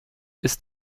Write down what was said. ist